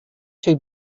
two